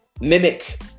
mimic